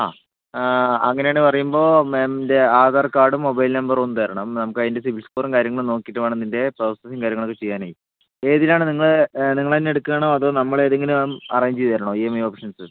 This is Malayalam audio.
ആ അങ്ങനെയാണ് പറയുമ്പോൾ മാമിൻ്റെ ആധാർ കാർഡും മൊബൈൽ നമ്പറും ഒന്ന് തരണം നമുക്കതിൻ്റെ സിബിൽ സ്കോറും കാര്യങ്ങളും നോക്കിയിട്ട് വേണം ഇതിൻ്റെ പ്രോസസ്സും കാര്യങ്ങളൊക്കെ ചെയ്യാനേ ഏതിനാണ് നിങ്ങൾ നിങ്ങൾ തന്നെ എടുക്കുകയാണോ അതോ നമ്മളേതെങ്കിലും അറേഞ്ച് ചെയ്ത് തരണോ ഇ എം ഐ ഒപ്ഷൻസ്